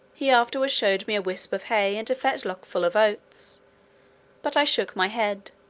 he afterwards showed me a wisp of hay, and a fetlock full of oats but i shook my head,